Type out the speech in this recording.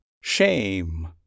Shame